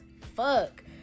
fuck